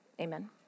amen